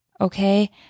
okay